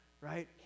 right